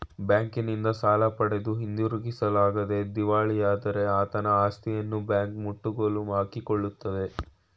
ಬ್ಯಾಂಕಿನಿಂದ ಸಾಲ ಪಡೆದು ಹಿಂದಿರುಗಿಸಲಾಗದೆ ದಿವಾಳಿಯಾದರೆ ಆತನ ಆಸ್ತಿಯನ್ನು ಬ್ಯಾಂಕ್ ಮುಟ್ಟುಗೋಲು ಹಾಕಿಕೊಳ್ಳುತ್ತದೆ